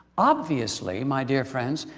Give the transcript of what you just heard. obviously my dear friends,